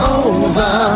over